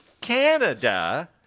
Canada